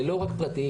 ולא רק פרטיים.